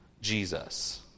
Jesus